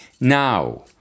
Now